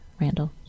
Randall